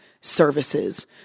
Services